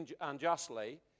unjustly